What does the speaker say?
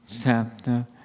chapter